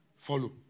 Follow